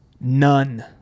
None